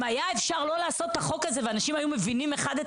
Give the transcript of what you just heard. אם היה אפשר לא לעשות את החוק הזה ואנשים היו מבינים אחד את